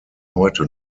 heute